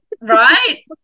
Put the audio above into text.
Right